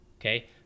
Okay